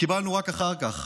קיבלנו רק אחר כך.